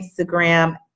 Instagram